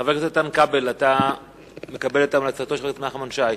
חבר הכנסת כבל, אתה מקבל את המלצתו של נחמן שי?